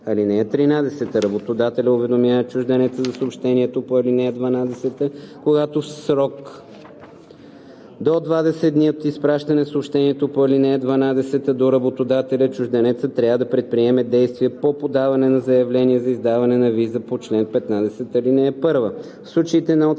(13) Работодателят уведомява чужденеца за съобщението по ал. 12, като в срок до 20 дни от изпращане на съобщението по ал. 12 до работодателя чужденецът трябва да предприеме действия по подаване на заявление за издаване на виза по чл. 15, ал. 1.